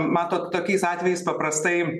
matot tokiais atvejais paprastai